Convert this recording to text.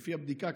לפי הבדיקה,